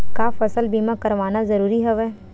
का फसल बीमा करवाना ज़रूरी हवय?